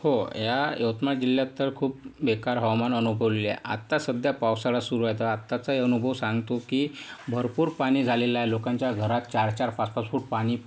हो या यवतमाळ जिल्ह्यात तर खूप बेकार हवामान अनुभवलेले आहे आत्ता सध्या पावसाळा सुरू आहे तर आत्ताचाही अनुभव सांगतो की भरपूर पाणी झालेलं आहे लोकांच्या घरात चार चार पाच पाच फूट पाणी